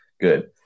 Good